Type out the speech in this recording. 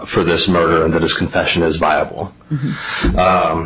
for this murder and that this confession is viable